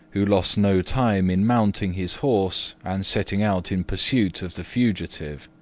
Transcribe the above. who lost no time in mounting his horse and setting out in pursuit of the fugitive.